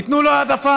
ייתנו לו העדפה.